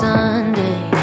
Sunday